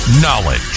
Knowledge